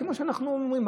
כמו שאנחנו אומרים.